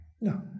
No